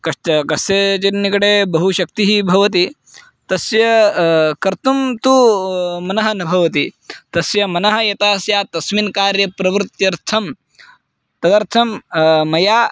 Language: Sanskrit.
कश्चन कस्यचिन्निकटे बहुशक्तिः भवति तस्य कर्तुं तु मनः न भवति तस्य मनः यता स्यात् तस्मिन् कार्ये प्रवृत्यर्थं तदर्थं मया